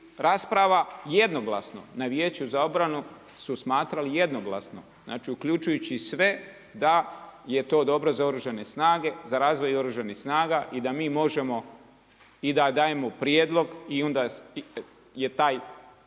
rasprava, jednoglasno na Vijeću za obranu su smatrali jednoglasno, znači uključujući sve da je to dobro za Oružane snage, za razvoj Oružanih snaga i da mi možemo i da dajemo prijedlog i onda je taj,